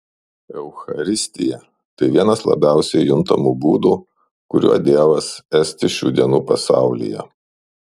eucharistija tai vienas labiausiai juntamų būdų kuriuo dievas esti šių dienų pasaulyje